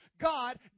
God